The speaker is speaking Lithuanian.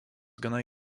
gana